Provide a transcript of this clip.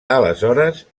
aleshores